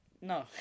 No